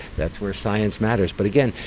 that's where science matters. but again,